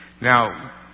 now